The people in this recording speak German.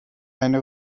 eine